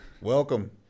Welcome